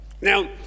now